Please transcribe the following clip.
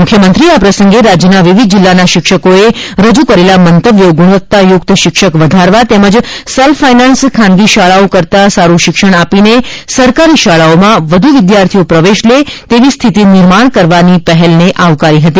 મુખ્યમંત્રીએ આ પ્રસંગે રાજ્યના વિવિધ જિલ્લિાના શિક્ષકોએ રજૂ કરેલા મંતવ્યો ગુણવત્તાયુક્ત શિક્ષક વધારવા તેમજ સેલ્ફ ફાઈનાન્સ ખાનગી શાળાઓ કરતાં સારૂં શિક્ષ આપીને સરકારી શાળાઓમાં વધુ વિદ્યાર્થીઓ પ્રવેશ લે તેવી સ્થિતિ નિર્માણ કરવાની પહેલને આવકારી હતી